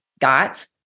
got